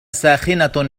ساخنة